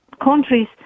countries